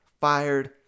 fired